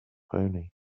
pony